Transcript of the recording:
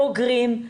בוגרים,